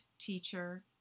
teacher